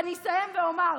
אני אסיים ואומר: